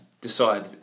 Decide